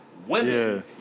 Women